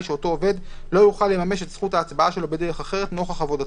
שאותו עובד לא יוכל לממש את זכות ההצבעה שלו בדרך אחרת נוכח עבודתו,